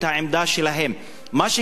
מה שקרה שם זה קומץ,